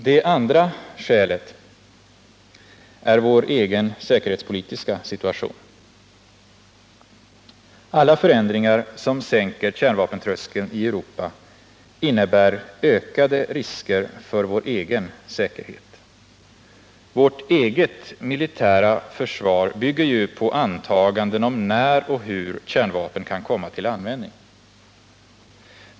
Det andra skälet är vår egen säkerhetspolitiska situation. Alla förändringar som sänker kärnvapentröskeln i Europa innebär ökade risker för vår egen säkerhet. Vårt eget militära försvar bygger ju på antaganden om när och hur kärnvapen kan komma till användning.